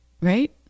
Right